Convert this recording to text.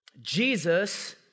Jesus